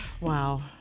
Wow